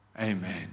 Amen